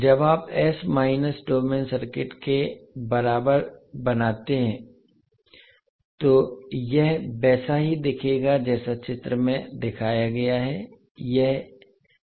जब आप s minus domain circuit के बराबर बनाते हैं तो यह वैसा ही दिखेगा जैसा चित्र में दिखाया गया है